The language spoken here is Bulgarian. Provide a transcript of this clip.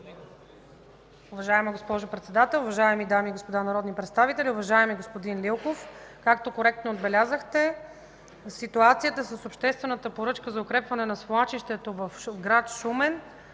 Уважаема госпожо Председател, уважаеми дами и господа народни представители! Уважаеми господин Лилков, както коректно отбелязахте, ситуацията с обществената поръчка за укрепване на свлачището в град Шумен